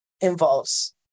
involves